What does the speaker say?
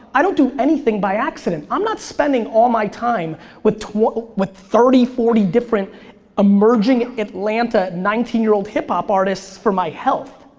i don't do anything by accident. i'm not spending all my time with with thirty, forty different emerging atlanta nineteen year old hip-hop artists for my health.